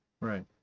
Right